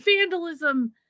vandalism